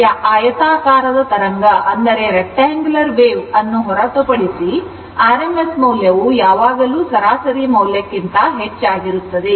ಆದ್ದರಿಂದ ಆಯತಾಕಾರದ ತರಂಗ ವನ್ನು ಹೊರತುಪಡಿಸಿ rms ಮೌಲ್ಯವು ಯಾವಾಗಲೂ ಸರಾಸರಿ ಮೌಲ್ಯಕ್ಕಿಂತ ಹೆಚ್ಚಾಗಿರುತ್ತದೆ